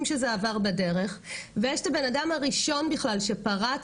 שזה עבר בדרך ויש את הבן אדם הראשון בכלל שפרץ,